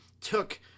took